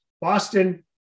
boston